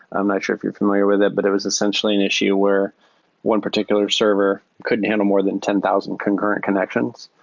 i'm not sure if you're familiar with it, but it was essentially an issue where one particular server couldn't handle more than ten thousand concurrent connections.